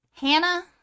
Hannah